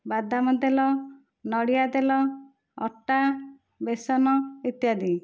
ବାଦାମ ତେଲ ନଡ଼ିଆ ତେଲ ଅଟା ବେସନ ଇତ୍ୟାଦି